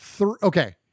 okay